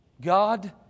God